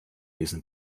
diesen